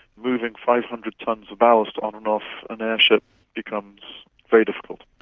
moving five hundred tons of ballast on and off an airship becomes very difficult.